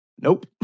Nope